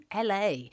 LA